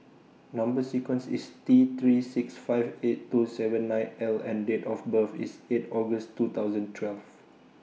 Number sequence IS T three six five eight two seven nine L and Date of birth IS eight August two thousand twelve